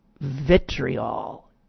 vitriol